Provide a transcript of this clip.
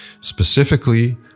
Specifically